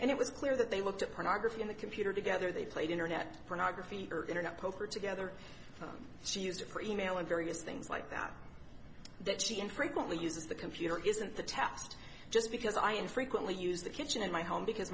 and it was clear that they looked at pornography on the computer together they played internet pornography internet poker together she used her e mail and various things like that that she infrequently uses the computer isn't the tast just because i infrequently use the kitchen in my home because